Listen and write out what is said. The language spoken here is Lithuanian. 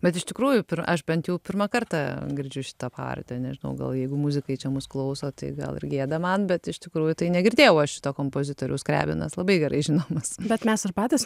bet iš tikrųjų aš bent jau pirmą kartą girdžiu šitą partiją nežinau gal jeigu muzikai čia mus klauso tai gal ir gėda man bet iš tikrųjų tai negirdėjau aš šito kompozitoriaus krebinas labai gerai žinomas bet mes patys